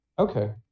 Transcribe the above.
Okay